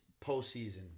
postseason